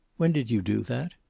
when did you do that?